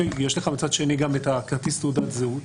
יש לך מצד שני גם את כרטיס תעודת הזהות,